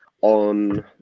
on